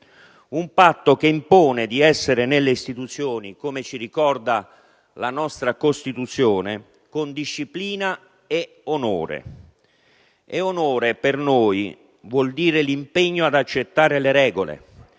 ed eletti, che impone di essere nelle istituzioni, come ci ricorda la nostra Costituzione, con disciplina e onore. Onore per noi vuol dire l'impegno ad accettare le regole,